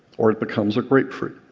or it becomes a grapefruit,